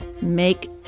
make